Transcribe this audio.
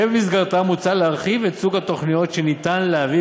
שבמסגרתה מוצע להרחיב את סוגי התוכניות שאפשר להביא